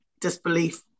disbelief